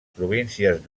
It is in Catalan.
províncies